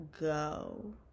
go